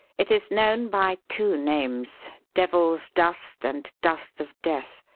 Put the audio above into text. it is known by two names devil's dust and dust of death,